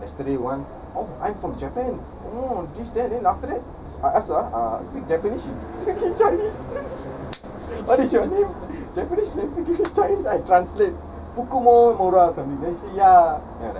yesterday [one] oh I'm from japan oh this that then after that I ask ah uh speak japanese she speak in chinese what is your name japanese name she give me chinese I translate or something then she say ya